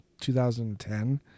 2010